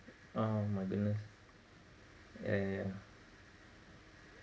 oh my goodness ya ya ya